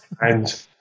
And-